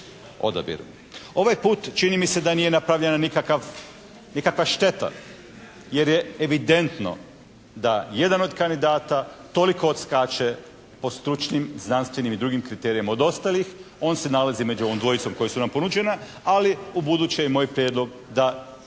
Ovaj put čini mi se da nije napravljena nikakva šteta jer je evidentno da jedan od kandidata toliko odskače po stručnim, znanstvenim i drugim kriterijima od ostalih, on se nalazi među ovom dvojicom koji su nam ponuđeni, ali ubuduće je moj prijedlog da napravimo